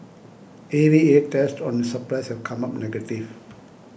A V A tests on its supplies have come up negative